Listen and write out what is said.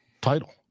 title